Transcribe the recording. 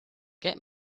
get